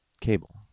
Cable